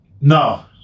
No